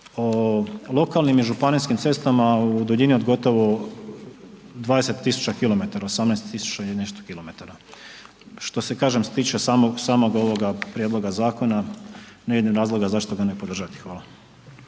lokalnim i županijskim cestama u duljini od gotovo 20 000 km, 18 000 i nešto kilometara. Što se kažem tiče samog ovoga prijedloga zakona, ne vidim razloga zašto ga ne podržati, hvala.